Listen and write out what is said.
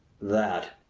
that,